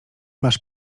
masz